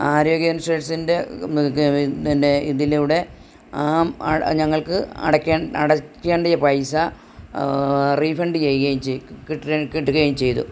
ആരോഗ്യ ഇൻഷൂറൻസിൻ്റെ പിന്നെ ഇതിലൂടെ ആ ഞങ്ങൾക്ക് അടക്കേണ്ട അടക്കേണ്ടിയ പൈസ റീഫണ്ട് ചെയ്യുകയും ചെയ്തു കിട്ടി കിട്ടുകയും ചെയ്തു